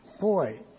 Boy